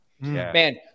Man